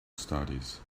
studies